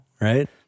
right